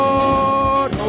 Lord